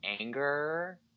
anger